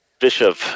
Bishop